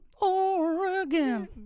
Oregon